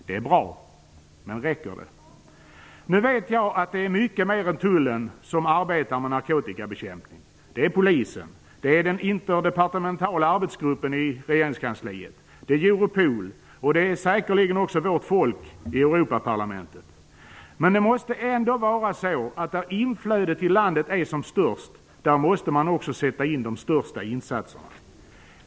Det är bra. Men räcker det? Nu vet jag att det är många fler än Tullen som arbetar med narkotikabekämpning - det är Polisen, den interdepartementala arbetsgruppen i regeringskansliet, Europol och säkert också vårt folk i Europaparlamentet. Men det måste ändå vara så att där inflödet i landet är som störst måste man också sätta in de största insatserna.